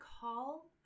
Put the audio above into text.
call